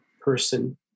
person